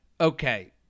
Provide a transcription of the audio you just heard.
okay